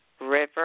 River